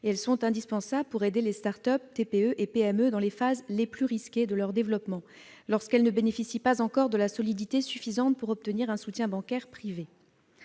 et indispensables pour aider les start-up, les TPE et les PME dans les phases les plus risquées de leur développement, lorsqu'elles ne bénéficient pas encore de la solidité suffisante pour obtenir un soutien bancaire privé.